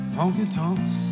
honky-tonks